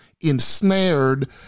ensnared